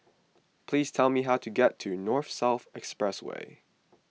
please tell me how to get to North South Expressway